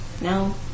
No